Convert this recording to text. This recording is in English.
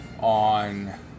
on